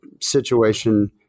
situation